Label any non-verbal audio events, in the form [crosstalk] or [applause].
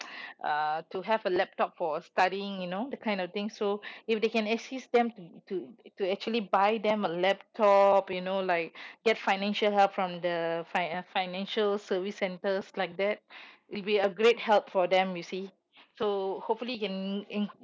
[noise] uh to have a laptop for studying you know that kind of thing so if they can assist them to to to actually buy them a laptop you know like get financial help from the fin~ uh financial service centers like that it will be a great help for them you see so hopefully can and